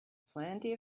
plenty